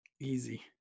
Easy